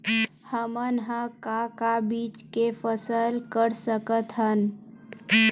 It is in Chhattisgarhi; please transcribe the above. हमन ह का का बीज के फसल कर सकत हन?